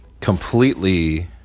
completely